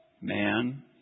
man